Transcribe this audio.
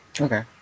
Okay